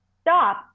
stop